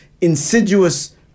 insidious